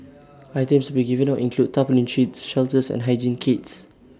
items to be given out include tarpaulin sheets shelters and hygiene kits